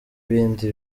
ibindi